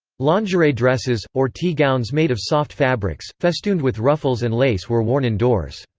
lingerie dresses, or tea gowns made of soft fabrics, festooned with ruffles and lace were worn indoors.